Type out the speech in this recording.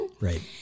Right